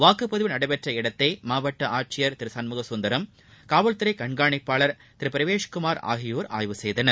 வாக்குப்பதிவு நடைபெற்ற இடத்தை மாவட்ட ஆட்சியர் திரு சண்முக குந்தரம் காவல் துறை கண்காணிப்பாளர் திரு பிரவேஷ் குமார் ஆகியோர் ஆய்வு செய்தனர்